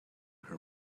her